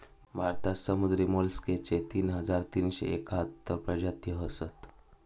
भारतात समुद्री मोलस्कचे तीन हजार तीनशे एकाहत्तर प्रजाती असत